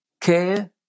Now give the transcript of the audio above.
Care